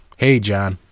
hey john.